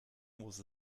muss